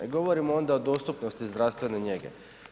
I govorimo onda o dostupnosti zdravstvene njege.